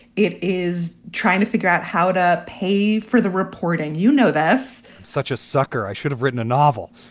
it is trying to figure out how to pay for the report. and you know, that's such a sucker. i should have written a novel.